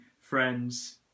friends